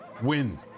Win